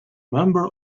member